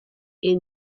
est